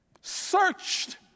searched